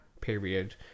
period